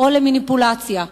או למניפולציה.